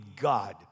God